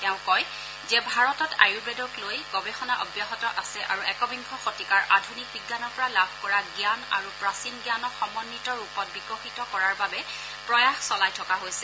তেওঁ কয় যে ভাৰতত আয়ুৰ্বেদক লৈ গৱেষণা অব্যাহত আছে আৰু একবিংশ শতিকাৰ আধুনিক বিজ্ঞানৰ পৰা লাভ কৰা জান আৰু প্ৰাচীন জ্ঞানক সময়িত ৰূপত বিকশিত কৰাৰ বাবে প্ৰয়াস চলাই থকা হৈছে